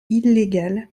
illégale